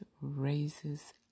raises